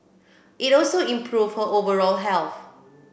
it also improve her overall health